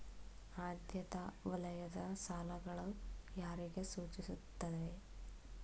ಆದ್ಯತಾ ವಲಯದ ಸಾಲಗಳು ಯಾರಿಗೆ ಸೂಚಿಸುತ್ತವೆ?